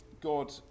God